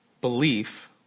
belief